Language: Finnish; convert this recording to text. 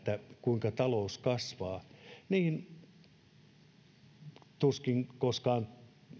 kuinka talous kasvaa tuskin koskaan